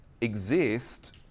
exist